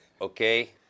Okay